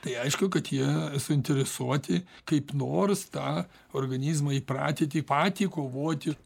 tai aišku kad jie suinteresuoti kaip nors tą organizmą įpratiti patį kovoti